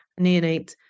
neonate